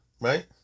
right